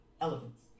Elephants